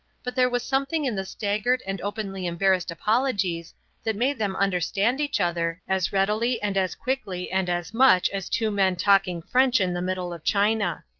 but there was something in the staggered and openly embarrassed apologies that made them understand each other as readily and as quickly and as much as two men talking french in the middle of china.